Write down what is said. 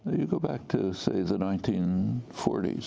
you go back to, say, the nineteen forty